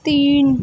تین